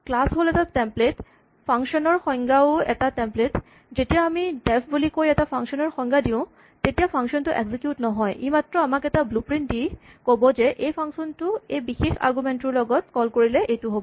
class হ'ল এটা template function ৰ সংজ্ঞা ও এটা টেমপ্লেট যেতিয়া আমি ডেফ বুলি কৈ এটা ফাংচন ৰ সংজ্ঞা দিওঁ তেতিয়া ফাংচন টো এক্সিকিউট নহয় ই মাত্ৰ আমাক এটা ব্লু প্ৰিন্ট দি ক'ব যে এই ফাংচন টো এটা বিশেষ আৰগুমেন্ট ৰ লগত কল কৰিলে এইটো হ'ব